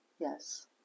Yes